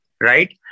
right